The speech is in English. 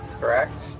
correct